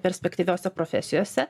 perspektyviose profesijose